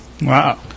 Wow